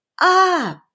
up